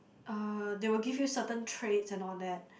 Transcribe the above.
uh they will give you certain traits and all that